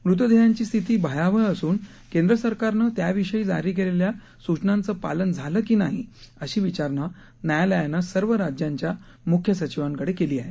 मृतदेहांची स्थिती भयावह असून केंद्र सरकारनं त्याविषयी जारी केलेल्या सूचनांचं पालन झालं की नाही अशी विचारणा न्यायालयानं सर्व राज्यांच्या मुख्य सचिवांकडे केली आहे